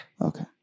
Okay